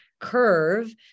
curve